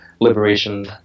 liberation